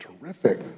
terrific